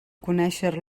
conéixer